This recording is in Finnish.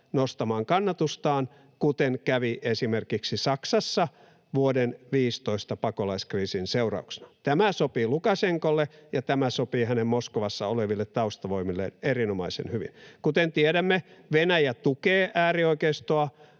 nostamaan kannatustaan, kuten kävi esimerkiksi Saksassa vuoden 15 pakolaiskriisin seurauksena. Tämä sopii Lukašenkalle ja tämä sopii hänen Moskovassa oleville taustavoimilleen erinomaisen hyvin. Kuten tiedämme, Venäjä tukee äärioikeistoa,